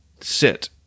sit